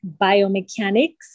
biomechanics